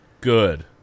good